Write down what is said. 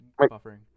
buffering